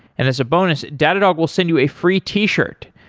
and as a bonus, datadog will send you a free t-shirt.